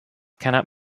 cannot